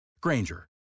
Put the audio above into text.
Granger